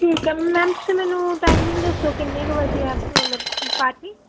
ਠੀਕ ਹੈ ਮੈਮ ਤੁਸੀਂ ਮੈਨੂੰ ਟਾਈਮਿੰਗ ਦੱਸੋ ਕਿੰਨੇ ਕੁ ਵਜੇ ਹੈ ਮਤਲਬ ਪਾਰਟੀ